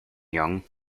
young